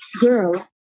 girl